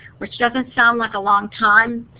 which doesn't sound like a long time,